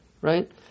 right